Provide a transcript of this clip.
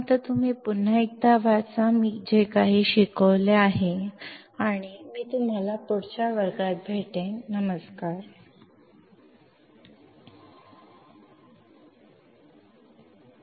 ಅಲ್ಲಿಯವರೆಗೆ ನೀವು ನಾನು ಕಲಿಸಿದ ಎಲ್ಲವನ್ನೂ ಮತ್ತೊಮ್ಮೆ ಓದಿರಿ ಮತ್ತು ನಾನು ನಿಮ್ಮನ್ನು ಮುಂದಿನ ತರಗತಿಯಲ್ಲಿ ನೋಡುತ್ತೇನೆ